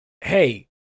hey